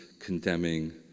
condemning